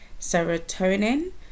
serotonin